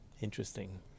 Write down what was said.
Interesting